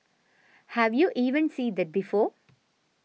have you even seen that before